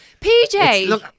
PJ